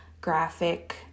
graphic